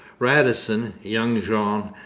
radisson, young jean,